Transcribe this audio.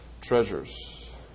treasures